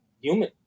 human